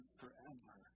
forever